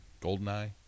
Goldeneye